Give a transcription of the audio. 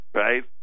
right